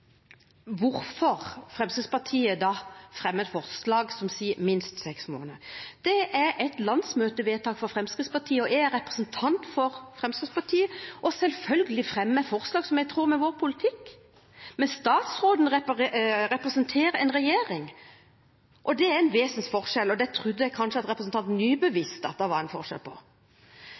hvorfor Fremskrittspartiet fremmer et forslag som sier «minst seks måneder». Det er et landsmøtevedtak for Fremskrittspartiet, jeg er representant for Fremskrittspartiet, og selvfølgelig fremmer jeg forslag som er i tråd med vår politikk. Men statsråden representerer en regjering, og det er en vesensforskjell. Det trodde jeg kanskje at representanten Nybø visste at det var forskjell på.